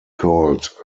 called